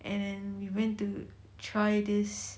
and then we went to try this